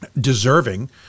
deserving